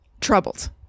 troubled